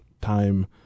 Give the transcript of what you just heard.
time